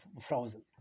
frozen